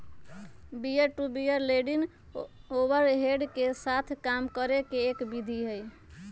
peer to peer lending overhead के साथ काम करे के एक विधि हई